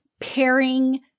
pairing